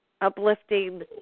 uplifting